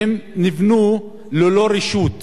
שנבנו ללא רשות.